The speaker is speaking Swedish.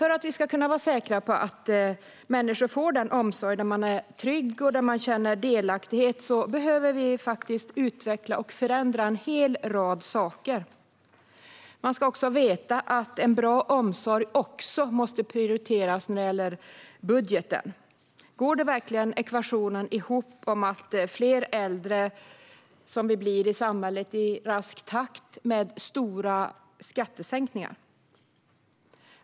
För att vi ska kunna vara säkra på att människor får en omsorg där de är trygga och känner delaktighet behöver vi dock utveckla och förändra en hel rad saker. Man ska också veta att en bra omsorg också måste prioriteras när det gäller budgeten. Går verkligen ekvationen fler äldre, som vi blir i samhället i rask takt, ihop med stora skattesänkningar?